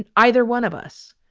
and either one of us.